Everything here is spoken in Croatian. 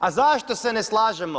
A zašto se ne slažemo?